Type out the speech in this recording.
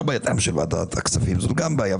בידיים של ועדת הכספים זה גם בעייתי.